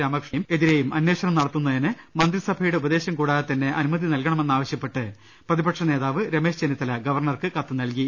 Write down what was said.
രാമകൃഷ്ണനെതിരെയും അന്വേഷണം നടത്തുന്നതിന് മന്ത്രിസഭയുടെ ഉപദേശം കൂടാതെ തന്നെ അനുമതി നൽകണമെന്നാവശ്യപ്പെട്ട് പ്രതിപക്ഷ നേതാവ് രമേശ് ചെന്നിത്തല ഗവർണർക്ക കത്ത് നൽകി